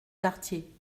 quartier